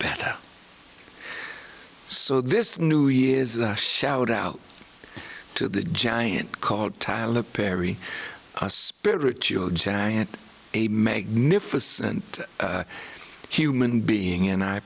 better so this new year's shout out to the giant called tyler perry a spiritual giant a magnificent human being and i